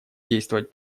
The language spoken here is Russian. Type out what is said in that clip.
действовать